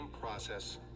Process